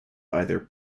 either